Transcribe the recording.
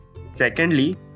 Secondly